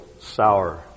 sour